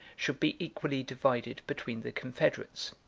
should be equally divided between the confederates.